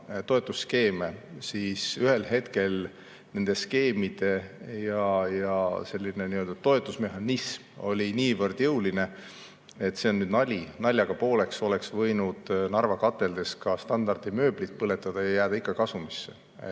toetusskeeme, siis ühel hetkel nende skeemide selline nii-öelda toetusmehhanism oli niivõrd jõuline, et naljaga pooleks öeldes oleks võinud Narva kateldes ka Standardi mööblit põletada ja jääda ikka kasumisse.